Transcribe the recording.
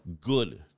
good